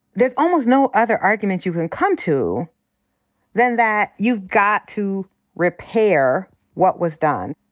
there's almost no other argument you can come to than that you've got to repair what was done.